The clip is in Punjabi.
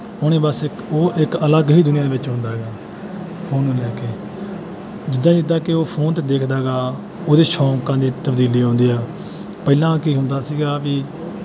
ਉਹਨੇ ਬਸ ਇੱਕ ਉਹ ਇੱਕ ਅਲੱਗ ਹੀ ਦੁਨੀਆ ਦੇ ਵਿੱਚ ਹੁੰਦਾ ਹੈਗਾ ਫੋਨ ਨੂੰ ਲੈ ਕੇ ਜਿੱਦਾਂ ਜਿੱਦਾਂ ਕਿ ਉਹ ਫੋਨ 'ਤੇ ਦੇਖਦਾ ਹੈਗਾ ਉਹਦੇ ਸ਼ੌਕਾਂ ਦੇ ਤਬਦੀਲੀਆਂ ਆਉਂਦੀਆਂ ਪਹਿਲਾਂ ਕੀ ਹੁੰਦਾ ਸੀਗਾ ਵੀ